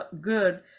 good